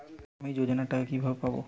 আমি যোজনার টাকা কিভাবে পাবো?